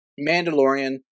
Mandalorian